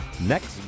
next